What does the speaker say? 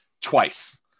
twice